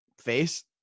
face